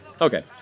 Okay